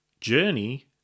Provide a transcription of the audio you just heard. journey